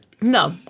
No